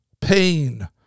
pain